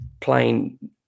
playing